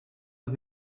und